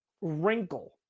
wrinkle